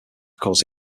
cause